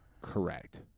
correct